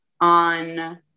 on